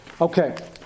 Okay